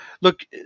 Look